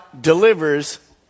delivers